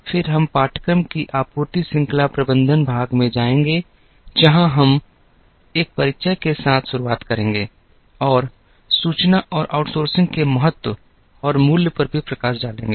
फिर हम पाठ्यक्रम की आपूर्ति श्रृंखला प्रबंधन भाग में जाएंगे जहां हम एक परिचय के साथ शुरुआत करेंगे और सूचना और आउटसोर्सिंग के महत्व और मूल्य पर भी प्रकाश डालेंगे